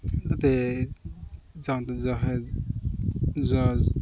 তাতে যাওঁতে যোৱা হয় যোৱা